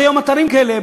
יש היום אתרים כאלה,